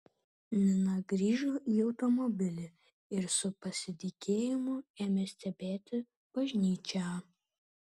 nina grįžo į automobilį ir su pasidygėjimu ėmė stebėti bažnyčią